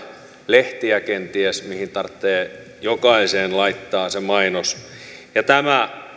lehtiä kenties joihin tarvitsee jokaiseen laittaa se mainos ja tämä